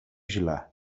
źle